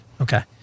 Okay